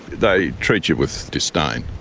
they treat you with disdain,